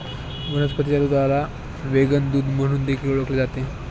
वनस्पतीच्या दुधाला व्हेगन दूध म्हणून देखील ओळखले जाते